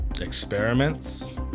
Experiments